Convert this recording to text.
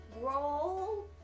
Roll